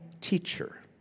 Teacher